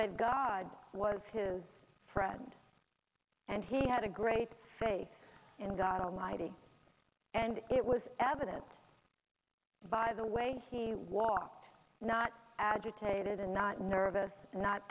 that god was his friend and he had a great faith in god almighty and it was evident by the way he walked not agitated and not nervous not